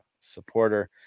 supporter